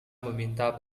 meminta